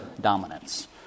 dominance